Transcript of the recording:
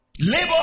Labor